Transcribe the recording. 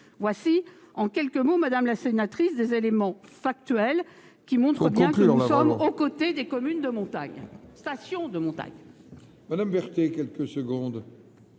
Voilà, en quelques mots, madame la sénatrice, des éléments factuels qui montrent bien que nous sommes aux côtés des stations de montagne.